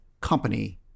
company